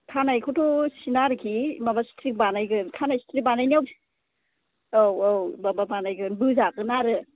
खानायखौथ' सिना आरखि माबा स्थ्रिख बानायगोन खानाय स्थ्रिख बानायनायाव औ औ माबा बानायगोन बोजागोन आरो